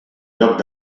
lloc